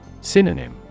Synonym